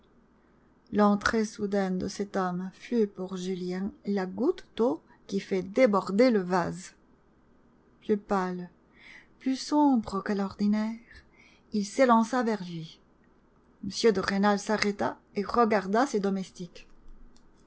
l'entrée soudaine de cet homme fut pour julien la goutte d'eau qui fait déborder le vase plus pâle plus sombre qu'à l'ordinaire il s'élança vers lui m de rênal s'arrêta et regarda ses domestiques